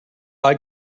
eye